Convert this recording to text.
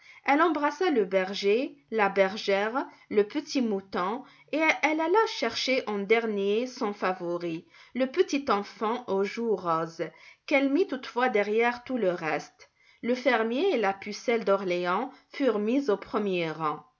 elle embrassa le berger la bergère le petit mouton et elle alla chercher en dernier son favori le petit enfant aux joues roses qu'elle mit toutefois derrière tout le reste le fermier et la pucelle d'orléans furent mis au premier rang